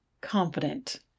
confident